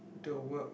the work